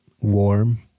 Warm